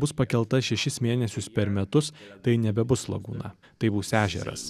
bus pakeltas šešis mėnesius per metus tai nebebus lagūna tai bus ežeras